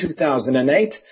2008